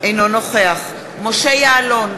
אינו נוכח משה יעלון,